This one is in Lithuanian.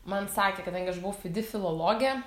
man sakė kadangi aš buvau fidi filologė